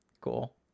Cool